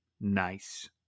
Nice